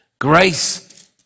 Grace